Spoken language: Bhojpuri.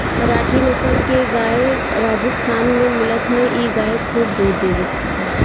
राठी नसल के गाई राजस्थान में मिलत हअ इ गाई खूब दूध देत हवे